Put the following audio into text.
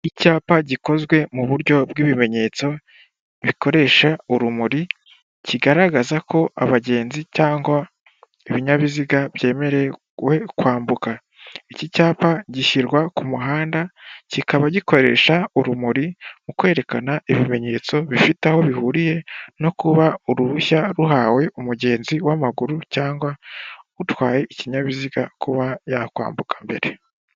Icyapa gikozwe mu buryo bw'ibimenyetso bikoresha urumuri kigaragaza ko abagenzi cyangwa ibinyabiziga byemerewe kwambuka. Iki cyapa gishyirwa ku muhanda kikaba gikoresha urumuri mu kwerekana ibimenyetso bifite aho bihuriye no kuba uruhushya ruhawe umugenzi w'amaguru cyangwa utwaye ikinyabiziga kuba yakwambuka mbere.